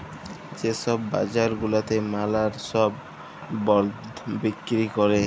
যে ছব বাজার গুলাতে ম্যালা ছব বল্ড বিক্কিরি ক্যরে